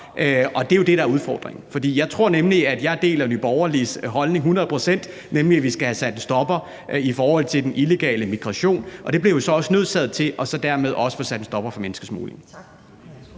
Og det er jo det, der er udfordringen, for jeg tror, at jeg deler Nye Borgerliges holdning hundrede procent, nemlig at vi skal have sat en stopper for den illegale migration. Og det bliver vi jo nødsaget til for dermed at få sat en stopper for menneskesmuglingen.